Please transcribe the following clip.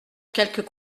quelques